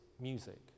music